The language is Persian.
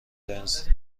لنز